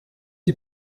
die